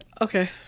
Okay